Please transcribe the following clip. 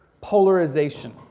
Polarization